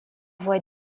voie